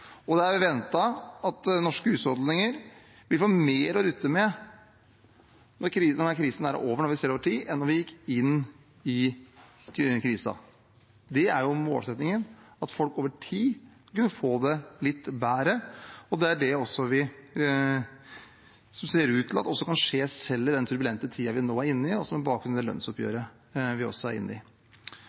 Det er også ventet at norske husholdninger vil få mer å rutte med når denne krisen er over, når vi ser det over tid, enn da vi gikk inn i krisen. Målsettingen er jo at folk over tid skal kunne få det litt bedre, og det er det som også ser ut til kan skje, selv i den turbulente tiden vi nå er inne i, og med bakgrunn i det lønnsoppgjøret vi er inne i. Så er det viktig for regjeringen å gjøre noen politiske prioriteringer. I